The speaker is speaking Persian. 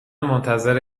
منتظر